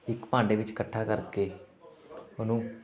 ਇੱਕ ਭਾਂਡੇ ਵਿੱਚ ਇਕੱਠਾ ਕਰਕੇ ਉਹਨੂੰ